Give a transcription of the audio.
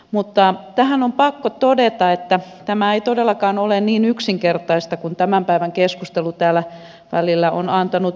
mutta tähän on pakko todeta että tämä ei todellakaan ole niin yksinkertaista kuin tämän päivän keskustelu täällä välillä on antanut ymmärtää